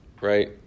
right